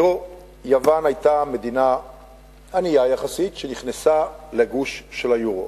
יוון היתה מדינה ענייה יחסית, שנכנסה לגוש היורו.